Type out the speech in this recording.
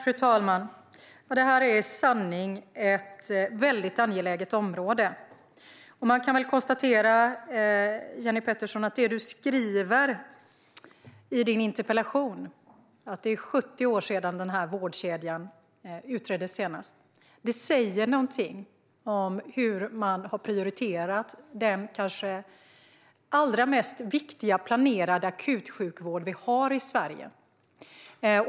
Fru talman! Detta är i sanning ett väldigt angeläget område. Jenny Petersson skriver i sin interpellation att det är 70 år sedan denna vårdkedja senast utreddes. Det säger någonting om hur man har prioriterat den kanske allra viktigaste planerade akutsjukvård vi har i Sverige.